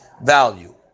value